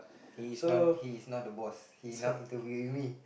he's not he's not the boss he not into we we